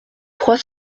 trois